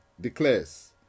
declares